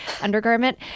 undergarment